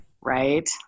right